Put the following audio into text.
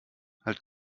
halt